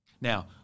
Now